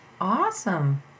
awesome